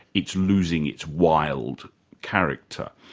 it's losing its wild character.